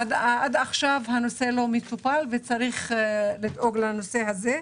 עד עכשיו הנושא לא מטופל וצריך לדאוג לכך.